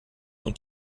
und